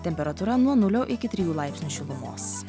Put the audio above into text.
temperatūra nuo nulio iki trijų laipsnių šilumos